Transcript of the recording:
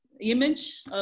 image